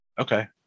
Okay